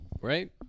Right